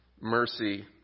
mercy